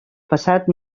passat